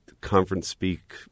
conference-speak